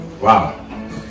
Wow